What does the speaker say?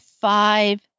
five